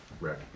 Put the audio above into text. right